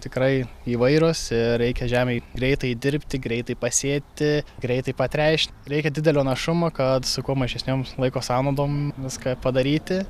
tikrai įvairios ir reikia žemėj greitai dirbti greitai pasėti greitai patręšt reikia didelio našumo kad su kuo mažesniom laiko sąnaudom viską padaryti